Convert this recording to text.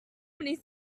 many